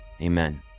amen